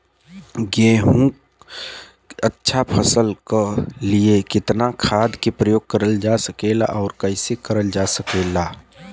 गेहूँक अच्छा फसल क लिए कितना खाद के प्रयोग करल जा सकेला और कैसे करल जा सकेला?